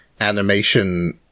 animation